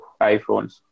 iPhones